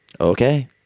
okay